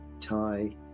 tie